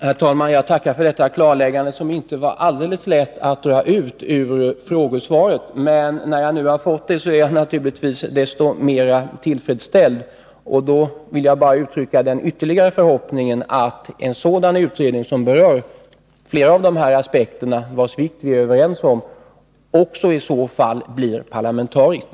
Herr talman! Jag tackar för detta klarläggande, som det inte var helt lätt att få ut av frågesvaret. Men när jag nu har fått det är jag naturligtvis desto mera tillfredsställd. Jag vill bara uttrycka den ytterligare förhoppningen att en sådan utredning, som berör flera av de aspekter vilkas vikt vi är överens om, i så fall också blir parlamentarisk.